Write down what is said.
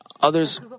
others